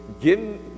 Give